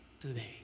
today